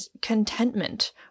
contentment